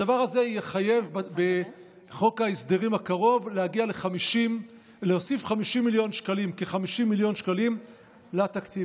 הדבר הזה יחייב בחוק ההסדרים הקרוב להוסיף כ-50 מיליון שקלים לתקציב.